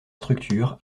structure